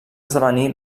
esdevenir